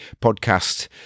podcast